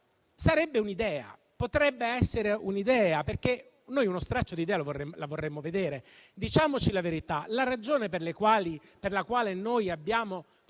Sarebbe un'idea, potrebbe essere un'idea, e noi uno straccio di idea la vorremmo vedere. Diciamoci la verità: la ragione per la quale abbiamo